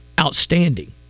outstanding